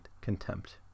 contempt